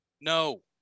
no